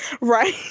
Right